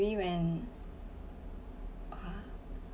I mean when